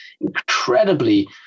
incredibly